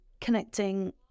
connecting